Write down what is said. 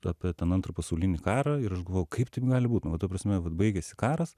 apie ten antrą pasaulinį karą ir aš galvoju kaip taip gali būt ta prasme vat baigiasi karas